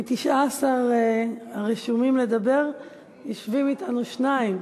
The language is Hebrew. מ-19 הרשומים לדבר יושבים אתנו שניים